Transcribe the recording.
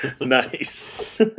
Nice